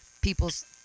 people's